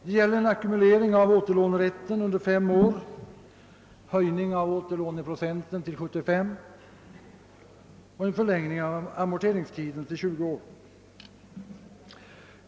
Det gäller en ackumulering av återlånerätten under fem år, höjning av återlåneprocenten till 75 och en förlängning av amorteringstiden till 20 år.